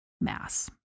mass